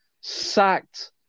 sacked